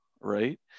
right